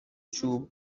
چوب